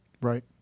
Right